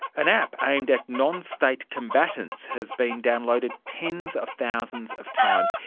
an app aimed at non-state combatants has been downloaded tens of thousands of times.